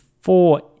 four